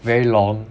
very long